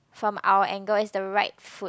from our angle is the right foot